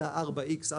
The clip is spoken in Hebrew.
זה ה-X4,